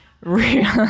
real